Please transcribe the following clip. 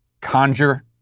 conjure